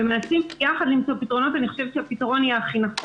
ומנסים יחד למצוא פתרונות אני חושבת שהפתרון יהיה הכי נכון.